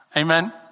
Amen